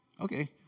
okay